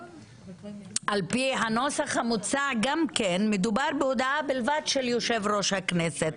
על פי הנוסח המוצע מדובר בהודעה בלבד של יושב ראש הכנסת.